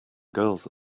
girls